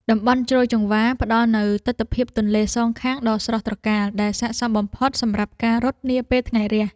តំបន់ជ្រោយចង្វារ ផ្ដល់នូវទិដ្ឋភាពទន្លេសងខាងដ៏ស្រស់ត្រកាល ដែលស័ក្តិសមបំផុតសម្រាប់ការរត់នាពេលថ្ងៃរះ។